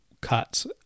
cuts